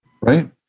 right